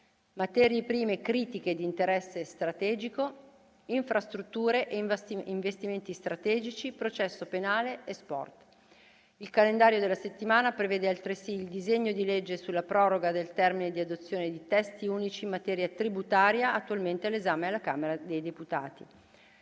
materie prime critiche di interesse strategico; infrastrutture e investimenti strategici, processo penale e sport. Il calendario della settimana prevede altresì il disegno di legge sulla proroga del termine di adozione di testi unici in materia tributaria, attualmente all'esame della Camera dei deputati.